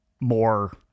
more